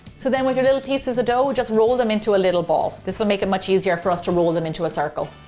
so then with your little pieces of dough, just roll them into a little ball. this'll make it much easier for us to roll them into a circle.